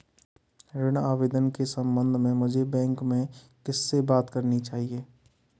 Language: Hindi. ऋण आवेदन के संबंध में मुझे बैंक में किससे बात करनी चाहिए?